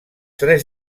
tres